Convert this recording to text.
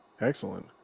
Excellent